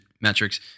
metrics